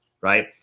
Right